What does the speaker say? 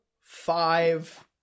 five